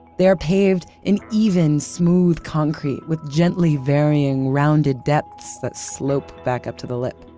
they are paved in even, smooth concrete with gently varying rounded depths that slope back up to the lip.